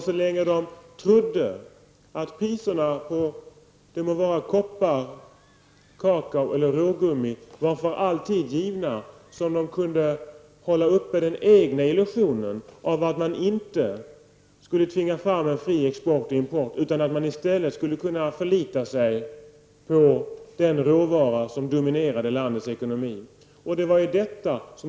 Så länge de trodde att priserna på koppar, kakao, rågummi osv. för alltid var givna kunde de hålla uppe den egna illusionen av att man inte skulle tvinga fram en fri export och import, utan att man i stället skulle kunna förlita sig på den råvara som dominerade landets ekonomi.